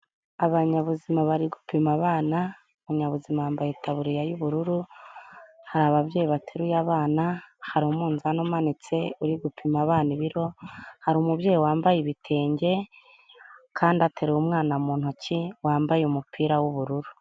Abanyabuzima bari gupima abana, abanyabuzima bambaye itaburiya y'ubururu, hari ababyeyi bateruye abana, hari umunzani umanitse uri gupima abana ibiro, hari umubyeyi wambaye ibitenge kandi ateruye umwana mu ntoki wambaye umupira w'ubururu.